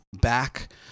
back